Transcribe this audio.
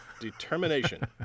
Determination